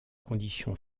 conditions